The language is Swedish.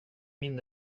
min